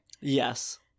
Yes